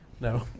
No